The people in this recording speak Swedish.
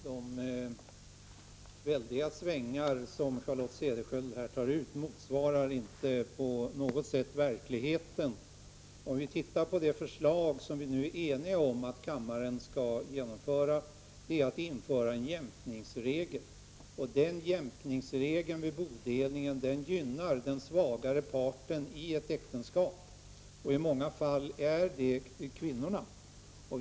Herr talman! De väldiga svängar som Charlotte Cederschiöld här tar ut motsvarar inte på något sätt verkligheten. Det förslag som vi nu är eniga om att kammaren skall säga ja till handlar om införandet av en jämkningsregel. Vid bodelning gynnar en jämkningsregel den svagare parten i ett äktenskap — i många fall kvinnan.